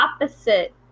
opposite